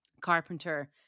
Carpenter